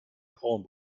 frauen